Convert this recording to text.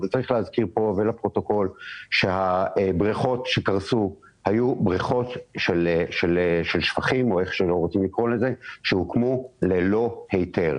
אבל צריך להזכיר שהבריכות שקרסו היו בריכות של שפכים שהוקמו ללא היתר.